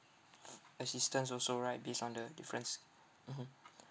assistance also right based on the difference mmhmm